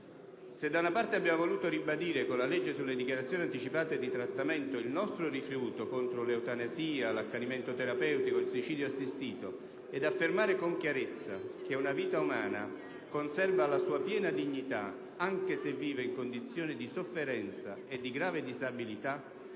Se da una parte abbiamo voluto ribadire con la legge sulle dichiarazioni anticipate di trattamento il nostro rifiuto all'eutanasia, all'accanimento terapeutico, al suicidio assistito, ed affermare dall'altra con chiarezza che una vita umana conserva la sua piena dignità anche se vive in condizioni di sofferenza e di grave disabilità,